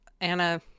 Anna